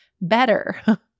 better